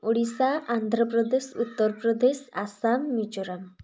Odisha Andhra Pradesh Uttar Pradesh Assam Mizoram